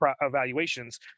evaluations